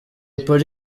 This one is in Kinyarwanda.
polly